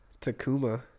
Takuma